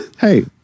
hey